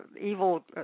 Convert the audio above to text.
evil